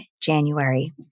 January